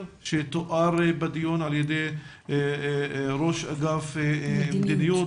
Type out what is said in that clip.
שתואר בדיון על ידי ראש אגף מדיניות,